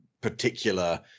particular